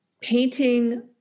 painting